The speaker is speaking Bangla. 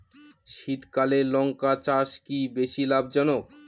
শীতকালে লঙ্কা চাষ কি বেশী লাভজনক?